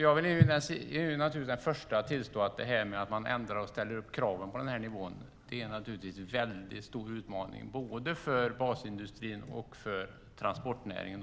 Jag är den första att tillstå att en ändring av kraven till denna nivå är en stor utmaning för både basindustrin och transportnäringen, i